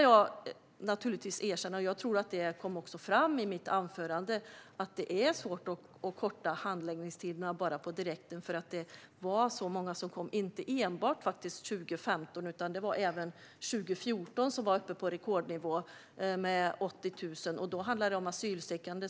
Jag kan erkänna, och jag tror att det också kom fram i mitt anförande, att det är svårt att korta handläggningstiderna på direkten. Det var så många som kom inte enbart 2015, utan även 2014 var vi uppe på rekordnivå med 80 000. Då handlade det om asylsökande.